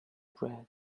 bread